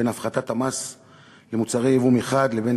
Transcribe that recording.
בין הפחתת המס על מוצרי יבוא מחד גיסא לבין